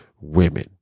women